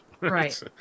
Right